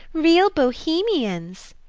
real bohemians!